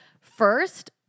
first